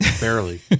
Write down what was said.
Barely